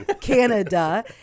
Canada